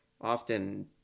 often